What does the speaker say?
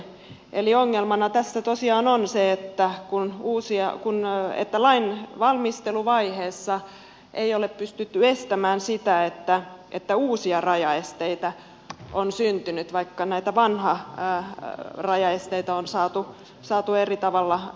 eli ongelmana tässä tosiaan on se että lain valmisteluvaiheessa ei ole pystytty estämään sitä että uusia rajaesteitä on syntynyt vaikka näitä vanhoja rajaesteitä on saatu eri tavalla pois